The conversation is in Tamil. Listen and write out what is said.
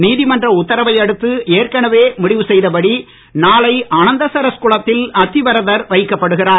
நீதிமன்ற உத்தரவை அடுத்து ஏற்கனவே முடிவு செய்தபடி நாளை அனந்தசரஸ் குளத்தில் அத்திவரதர் வைக்கப்படுகிறார்